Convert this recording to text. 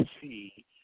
see